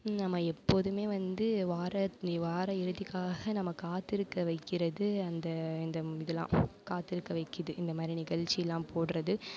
நம்ம எப்போதுமே வந்து வாரத் வார இறுதிக்காக நம்ம காத்திருக்க வைக்கிறது அந்த இந்த இதெல்லாம் காத்திருக்கவைக்கிது இந்தமாதிரி நிகழ்ச்சிலாம் போடுறது